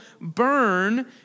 burn